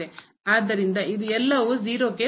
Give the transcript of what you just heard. ಆದ್ದರಿಂದ ಇದು ಎಲ್ಲವೂ 0 ಕ್ಕೆ ಹೋಗುತ್ತದೆ